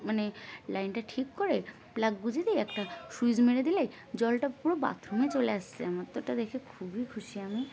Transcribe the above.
মানে লাইনটা ঠিক করে প্লাগ গুঁজে দিয়ে একটা সুইচ মেরে দিলে জলটা পুরো বাথরুমে চলে আসছে আমার তো ওটা দেখে খুবই খুশি আমি